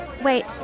Wait